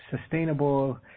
sustainable